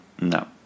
no